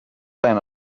zijn